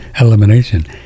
elimination